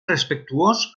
respectuós